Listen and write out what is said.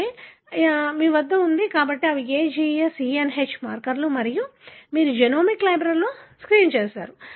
కాబట్టి మీరు అలా చేసారు మీ వద్ద ఉంది కాబట్టి ఇవి A G S E N H మార్కర్లు మరియు మీరు జెనోమిక్ లైబ్రరీలో స్క్రీనింగ్ చేసారు